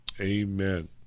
Amen